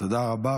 תודה רבה.